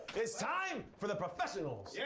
it's time for the professionals. yeah